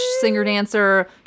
singer-dancer